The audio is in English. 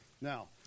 Now